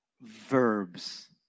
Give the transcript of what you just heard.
Verbs